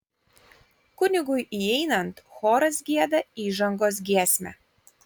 kunigui įeinant choras gieda įžangos giesmę